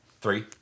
three